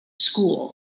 school